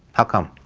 how come?